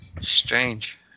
Strange